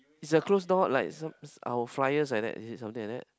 it's a closed door like some our flyers like that is it something like that